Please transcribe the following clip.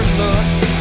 looks